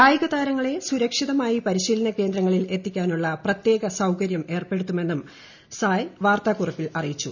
കായികതാരങ്ങളെ സുരക്ഷിതമായി പരിശീലന കേന്ദ്രങ്ങളിൽ എത്തിക്കാനുള്ള പ്രത്യേക സൌകര്യം ഏർപ്പെടുത്തുമെന്നും സായ് വാർത്താകുറിപ്പിൽ അറിയിച്ചു